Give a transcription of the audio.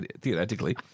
theoretically